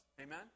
Amen